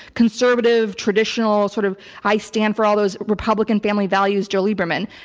conservative, traditional, sort of, i stand for all those republican family values, joe lieberman.